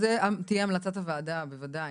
זו תהיה המלצת הוועדה, בוודאי.